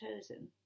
chosen